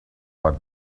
but